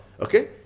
Okay